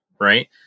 right